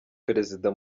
perezida